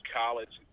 college